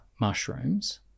mushrooms